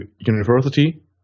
university